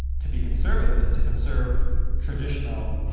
to be conservative is to conserve traditional